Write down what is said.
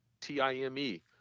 T-I-M-E